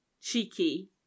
cheeky